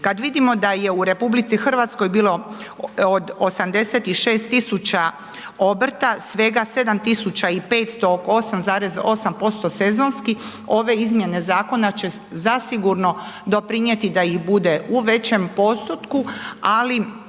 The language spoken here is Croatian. Kada vidimo da je u RH bilo od 86.000 obrta, svega 7.500 oko 8,8% sezonski ove izmjene zakona će zasigurno doprinijeti da ih bude u većem postotku, ali